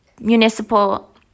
municipal